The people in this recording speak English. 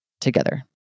together